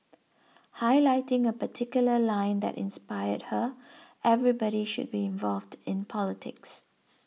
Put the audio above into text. highlighting a particular line that inspired her everybody should be involved in politics